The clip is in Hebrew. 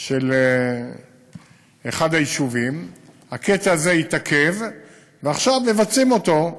של אחד היישובים התעכב ועכשיו מבצעים אותו,